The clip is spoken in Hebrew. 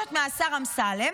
דורשת מהשר אמסלם: